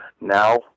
now